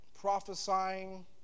Prophesying